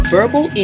Verbal